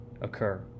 occur